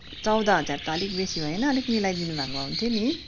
चौध हजार त अलिक बेसी भएन अलिक मिलाइदिनु भएको भए हुन्थ्यो नि